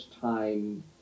time